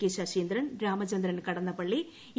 K Saseendran Ramachandran Kadannappalli E